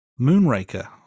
Moonraker